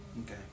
Okay